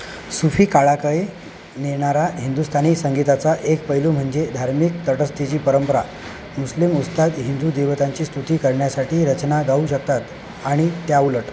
सुफी काळाकडे नेणारा हिंदुस्थानी संगीताचा एक पैलू म्हणजे धार्मिक तटस्थेची परंपरा मुस्लिम उस्ताद हिंदू देवतांची स्तुती करण्यासाठी रचना गाऊ शकतात आणि त्या उलट